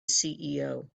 ceo